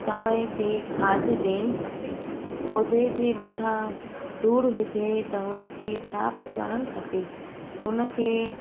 समय ते खाधु ॾियणी खपे पौधे जे मथां धूड़ हुजे त उन खे साफ़ु करण खपे उन खे